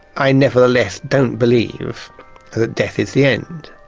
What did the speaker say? i nevertheless don't believe that death is the end.